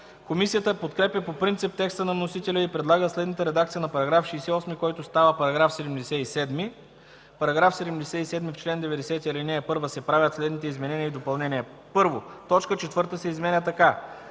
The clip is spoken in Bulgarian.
Комисията подкрепя по принцип текста на вносителя и предлага следната редакция на § 68, който става § 77: „§ 77. В чл. 90, ал. 1 се правят следните изменения и допълнения: 1. Точка 4 се изменя така: